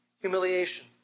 humiliation